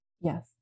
Yes